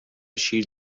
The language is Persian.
شیر